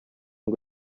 ngo